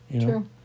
True